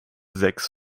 sechs